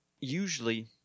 Usually